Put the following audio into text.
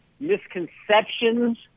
misconceptions